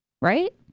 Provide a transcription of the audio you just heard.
Right